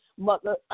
Mother